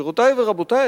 גבירותי ורבותי,